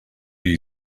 you